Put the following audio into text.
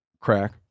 crack